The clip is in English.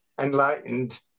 enlightened